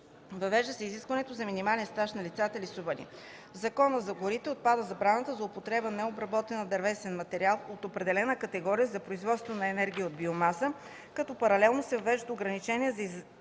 Въвеждат се изисквания за минимален стаж за лицата – лесовъди. От Закона за горите отпада забраната за употреба на необработен дървен материал от определена категория за производство на енергия от биомаса, като паралелно се въвеждат ограничения за използване